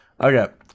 Okay